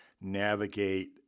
navigate